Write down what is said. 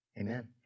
Amen